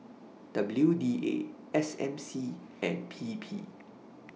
W D A S M C and P P